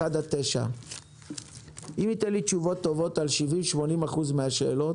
סעיפי משנה 1 9. אם ייתן לי תשובות טובות על 70% 80% מן השאלות,